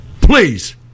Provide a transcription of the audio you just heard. Please